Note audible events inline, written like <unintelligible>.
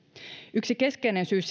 yksi keskeinen syy <unintelligible>